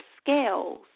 scales